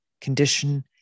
condition